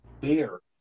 beer